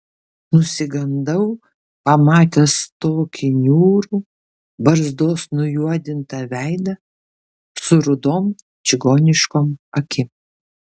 nusigandau pamatęs tokį niūrų barzdos nujuodintą veidą su rudom čigoniškom akim